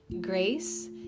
Grace